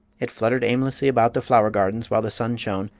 it fluttered aimlessly about the flower gardens while the sun shone,